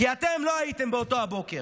כי אתם לא הייתם באותו הבוקר.